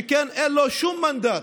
שכן אין לו שום מנדט,